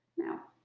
now,